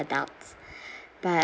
adult but